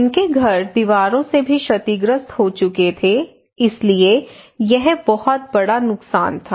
उनके घर दीवारों से भी क्षतिग्रस्त हो चुके थे इसलिए यह बहुत बड़ा नुकसान था